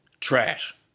trash